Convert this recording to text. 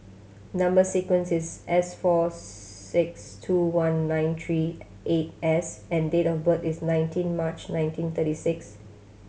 number sequence is S four six two one nine three eight S and date of birth is nineteen March nineteen thirty six